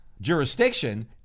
jurisdiction